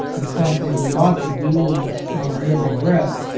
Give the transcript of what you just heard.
and some thing we ought to do with our every breath,